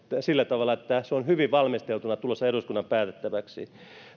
sillä tavalla että se on hyvin valmisteltuna tulossa eduskunnan päätettäväksi